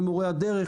למורי הדרך,